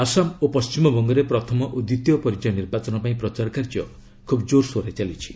ଆସାମ ଓ ପଣ୍ଟିମବଙ୍ଗରେ ପ୍ରଥମ ଓ ଦ୍ୱିତୀୟ ପର୍ଯ୍ୟାୟ ନିର୍ବାଚନ ପାଇଁ ପ୍ରଚାର କାର୍ଯ୍ୟ ଖୁବ୍ ଜୋରସୋରରେ ଚାଲିଛି